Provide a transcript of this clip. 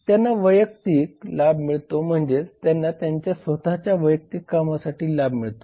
त्यांना वयक्तिक लाभ मिळतो म्हणजेच त्यांना त्यांच्या स्वत च्या वैयक्तिक कामासाठी लाभ मिळतो